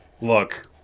look